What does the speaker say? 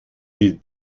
die